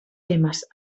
temes